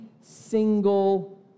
single